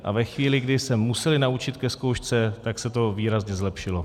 A ve chvíli, kdy se museli naučit ke zkoušce, tak se to výrazně zlepšilo.